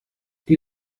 die